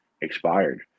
expired